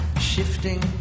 shifting